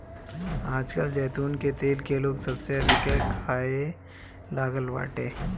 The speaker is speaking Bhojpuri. आजकल जैतून के तेल के लोग सबसे अधिका खाए लागल बाटे